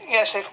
Yes